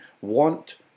want